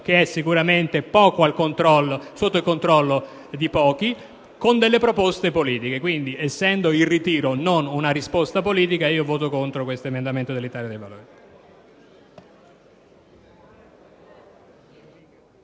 che è sicuramente sotto il controllo di pochi con delle proposte politiche. Quindi, essendo il ritiro non una risposta politica, voto contro l'emendamento dell'Italia dei Valori.